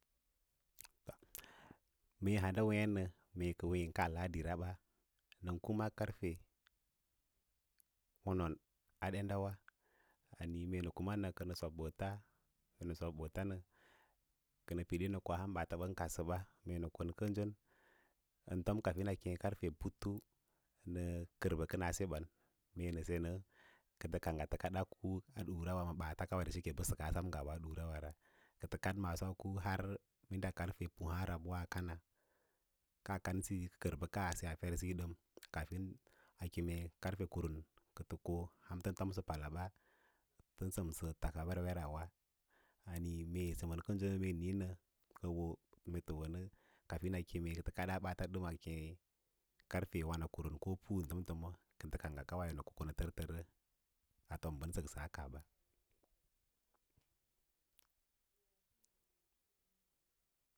Mee handa weẽ nə mee ka weẽ kaa ladiraɓa nən kuma karfe wonan a denda wa niĩ mee nə kuma nə kənə sob ɓoota, mee ɓaatan kadsə ba, mee nə kon kənjo ən tom kafin a kem karfe bute nə kər bə kəna se ba, kə tə kange wo tə kada kuu a durawa da ciki səkaa bəlla rana durawa ma baata kawai da cike bə səkaa ɗem a ɗurawa ra tə maaso a kuu har minda karfe pu ahaã rab a kana kaa kan siyo ka kər bəka ase a fer siyo dən a kem karfe kurum kətə ko a tən tomsə pala ba tən səmsə taka werweraawa aniĩ mee səmən kəlso a niĩnə ka wo mee tə wonə kafin a keme kə tə kaɗa ɓaata ɗəm karfe wanakarum ko puna tom tom kə tə ka ng kowa nə ko kona tə tərra aafom nə səksə a kaa ba